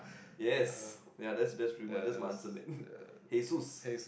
yes ya that's that's pretty much that's my answer man hey Suess